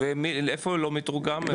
ואיפה לא מתורגם?